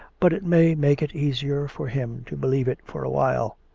but it may make it easier for him to believe it for a, while.